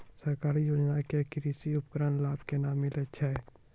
सरकारी योजना के कृषि उपकरण लाभ केना मिलै छै?